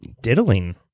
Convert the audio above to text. diddling